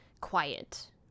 quiet